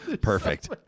Perfect